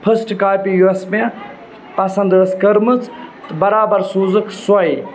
first copy یۄس مےٚ پَسنٛد ٲس کٔرمٕژ تہٕ برابر سوٗزٕکھ سۄے